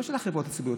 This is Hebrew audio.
לא של החברות הציבוריות,